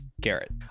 garrett